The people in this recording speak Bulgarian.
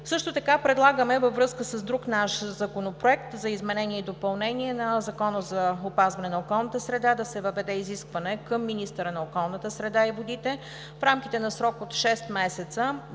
Също така предлагаме, във връзка с друг наш законопроект за изменение и допълнение на Закона за опазване на околната среда, да се въведе изискване към министъра на околната среда и водите в рамките на срок от 6 месеца